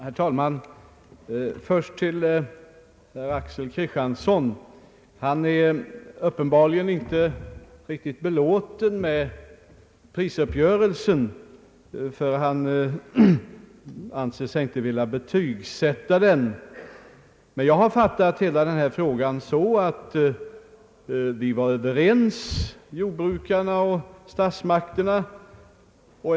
Herr talman! Först några ord till herr Axel Kristiansson, Han är uppenbarligen inte riktigt belåten med prisuppgörelsen för jordbruket eftersom han inte anser sig vilja betygsätta den. Men jag har fattat hela denna fråga så att jordbrukarna och statsmakterna var överens.